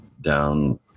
down